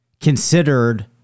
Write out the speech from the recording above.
considered